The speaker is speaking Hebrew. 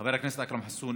חבר הכנסת אכרם חסון,